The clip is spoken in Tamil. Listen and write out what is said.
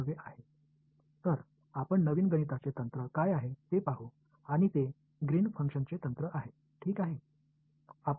எனவே புதிய கணித நுட்பம் கிரீன்ஸ்ஃபங்ஷன் நுட்பம் அது என்ன என்பதைப் பார்ப்போம்